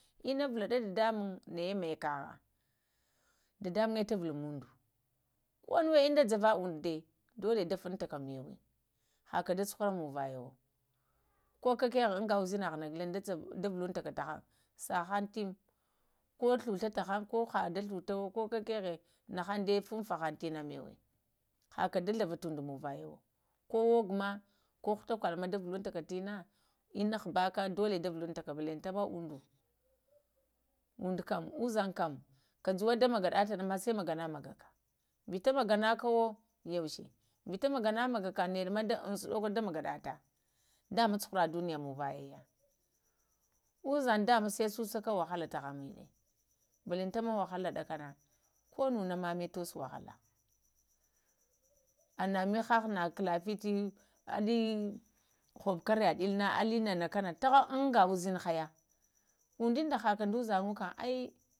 Əɓ valaɗu dadamuŋm ɗaɗa maya kaha dadamuŋya tu vulmundo, ko nuwa ja va unduɗa dola da funtaka mawa haka da cuhura munvayo, ko kakəha ansa ushinhahaha na vulunta ka tahaŋ sa timə taghaə, ko ghlullah tahanga ko ka da ghlaha tawo ko kakahe na han da funfan tina da məwə da ɗalava tundo monvaya wo ko ogama, ko gha takoloma da vuluntaka təna, ina habaki dola davuluntaka, balaəta nəma undo, undo kam azamkan uzanga kam kajuwa da maga da ta ma sai maga-na maka, vita maga nakawo ko yau sha magana magaka naɗa ma unsuɗoko da maganata da ma cuhura-duniya munvaya, uzan da sai susa ko wahala tadiya balantanəma wahala ɗakana anna mihaha na kala fiti alə ko kara ɗələna kana taghaŋ inga uzinhaga undinda haka da uzinhawo ka